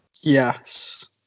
Yes